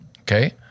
okay